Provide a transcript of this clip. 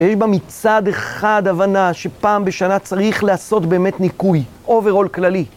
יש בה מצד אחד הבנה שפעם בשנה צריך לעשות באמת ניקוי אוברול כללי.